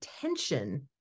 tension